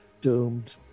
doomed